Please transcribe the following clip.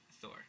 Thor